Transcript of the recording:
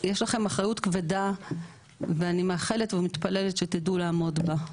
יש לכם אחריות כבדה ואני מאחלת ומתפללת שתדעו לעמוד בה.